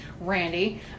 Randy